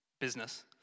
business